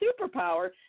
superpower